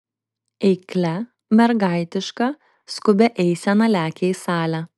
eiklia mergaitiška skubia eisena lekia į salę